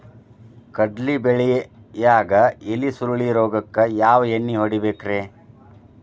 ಕಡ್ಲಿ ಬೆಳಿಯಾಗ ಎಲಿ ಸುರುಳಿ ರೋಗಕ್ಕ ಯಾವ ಎಣ್ಣಿ ಹೊಡಿಬೇಕ್ರೇ?